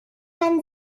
man